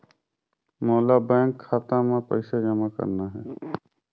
मोला बैंक खाता मां पइसा जमा करना हे?